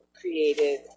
created